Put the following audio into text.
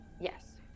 Yes